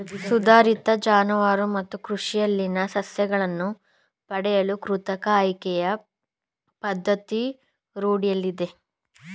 ಸುಧಾರಿತ ಜಾನುವಾರು ಮತ್ತು ಕೃಷಿಯಲ್ಲಿನ ಸಸ್ಯಗಳನ್ನು ಪಡೆಯಲು ಕೃತಕ ಆಯ್ಕೆಯ ಪದ್ಧತಿ ರೂಢಿಯಲ್ಲಿದೆ